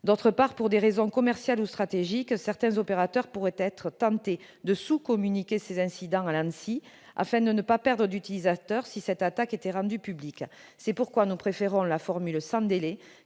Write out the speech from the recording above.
ailleurs, pour des raisons commerciales ou stratégiques, certains opérateurs pourraient être tentés de sous-communiquer ces incidents à l'ANSSI afin de ne pas perdre d'utilisateurs si cette attaque était rendue publique. C'est pourquoi nous préférons la formule « sans délai »,